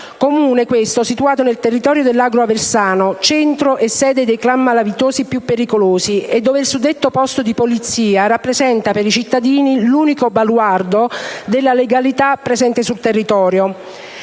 Comune situato nel territorio dell'Agro aversano, centro e sede dei *clan* malavitosi più pericolosi, dove il suddetto posto di polizia rappresenta per i cittadini l'unico baluardo della legalità presente sul territorio.